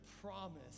promise